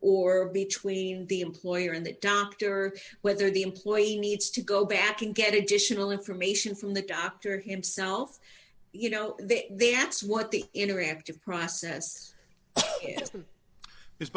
or between the employer and that doctor whether the employee needs to go back and get additional information from the doctor himself you know they ask what the interactive process